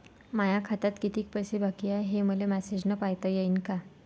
माया खात्यात कितीक पैसे बाकी हाय, हे मले मॅसेजन पायता येईन का?